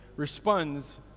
responds